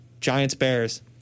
Giants-Bears